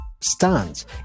stands